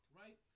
right